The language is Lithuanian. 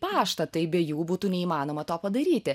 paštą tai be jų būtų neįmanoma to padaryti